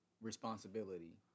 responsibility